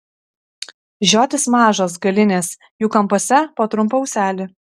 žiotys mažos galinės jų kampuose po trumpą ūselį